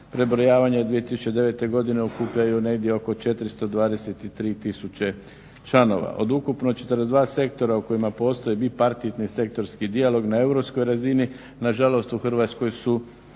prebrojavanja 2009. godine okupljaju negdje oko 423 tisuće članove. Od ukupno 42 sektora u kojima postoje bipartitni sektorski dijalog na europskoj razini nažalost u Hrvatskoj su